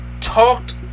talked